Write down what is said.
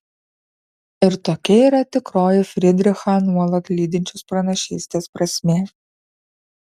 ir tokia yra tikroji frydrichą nuolat lydinčios pranašystės prasmė